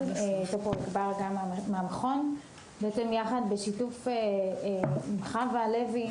--- עובדים יחד בשיתוף עם חוה לוי,